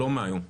לא מהיום,